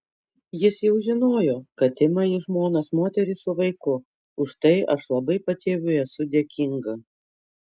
jis jau žinojo kad ima į žmonas moterį su vaiku už tai aš labai patėviui esu dėkinga